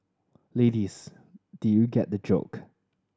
ladies did you get the joke